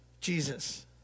Jesus